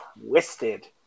twisted